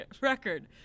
record